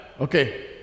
okay